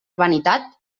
vanitat